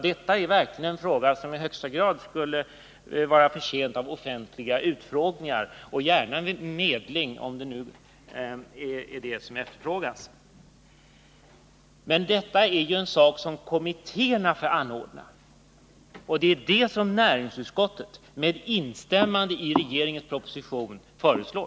Detta är verkligen en fråga som i högsta grad skulle vara förtjänt av offentliga utfrågningar — och gärna medling, om det nu är det som efterfrågas. Men detta är ju en sak som kommittéerna får anordna. Det är det som näringsutskottet med instämmande i regeringens proposition föreslår.